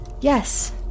yes